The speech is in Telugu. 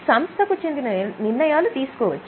సంస్థకు చెందిన నిర్ణయాలు తీసుకోవచ్చు